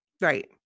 Right